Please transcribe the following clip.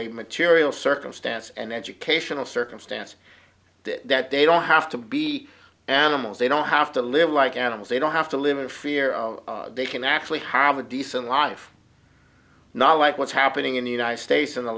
a material circumstance an educational circumstance that they don't have to be animals they don't have to live like animals they don't have to live in fear of they can actually have a decent life not like what's happening in the united states in the